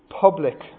public